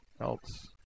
else